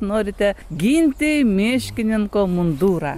norite ginti miškininko mundurą